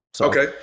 Okay